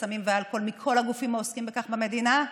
סמים ואלכוהול מכל הגופים העוסקים בכך במדינה,